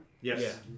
Yes